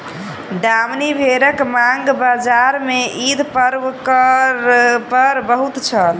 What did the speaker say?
दामनी भेड़क मांग बजार में ईद पर्व पर बहुत छल